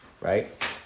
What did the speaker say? right